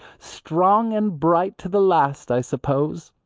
strong and bright to the last i suppose,